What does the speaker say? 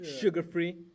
sugar-free